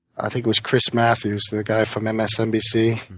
i think it was chris matthews, the guy from and msnbc.